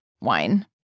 wine